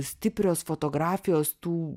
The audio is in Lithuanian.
stiprios fotografijos tų